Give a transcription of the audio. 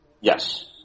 Yes